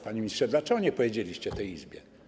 Panie ministrze, dlaczego nie powiedzieliście o tym w tej Izbie?